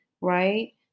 right